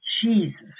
Jesus